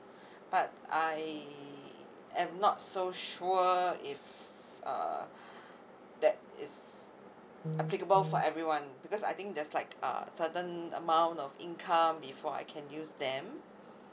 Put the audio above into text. but I am not so sure if uh that is applicable for everyone because I think there's like err certain amount of income before I can use them